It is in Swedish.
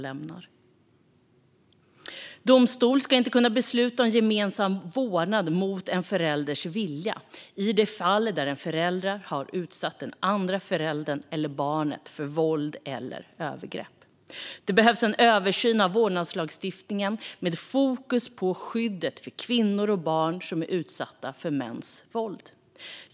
Det behövs en översyn av vårdnadslagstiftningen med fokus på skyddet för kvinnor och barn som är utsatta för mäns våld. Domstol ska inte kunna besluta om gemensam vårdnad mot en förälders vilja i de fall där en förälder har utsatt den andra föräldern eller barnet för våld eller övergrepp.